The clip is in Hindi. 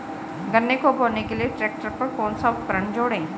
गन्ने को बोने के लिये ट्रैक्टर पर कौन सा उपकरण जोड़ें?